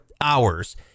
hours